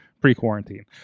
pre-quarantine